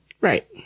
Right